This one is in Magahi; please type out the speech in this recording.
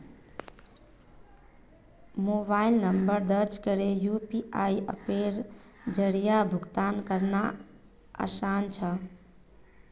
मोबाइल नंबर दर्ज करे यू.पी.आई अप्पेर जरिया भुगतान करना आसान छे